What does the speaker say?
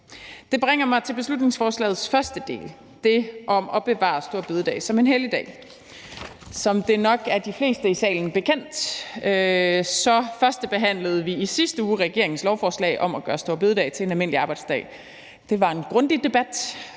Det bringer mig til beslutningsforslagets første del, delen om at bevare store bededag som en helligdag. Som det nok er de fleste i salen bekendt, førstebehandlede vi i sidste uge regeringens lovforslag om at gøre store bededag til en almindelig arbejdsdag. Det var en grundig debat,